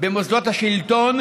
במוסדות השלטון,